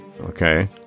Okay